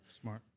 Smart